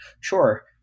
Sure